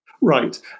right